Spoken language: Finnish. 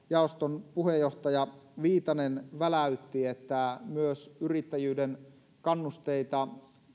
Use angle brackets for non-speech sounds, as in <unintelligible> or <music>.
<unintelligible> jaoston puheenjohtaja viitanen väläytti että myös yrittäjyyden kannusteita